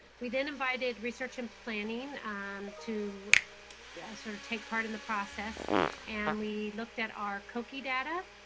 we then invited research and planning um to yeah sort of take part in the process and we looked at our cookie data.